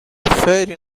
fairy